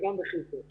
משרד הביטחון,